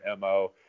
mo